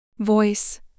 Voice